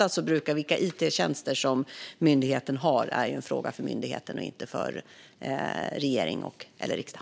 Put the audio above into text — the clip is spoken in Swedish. Vilka it-tjänster en myndighet har brukar oftast vara en fråga för myndigheten och inte för regering eller riksdag.